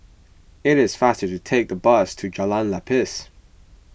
it is faster to take the bus to Jalan Lepas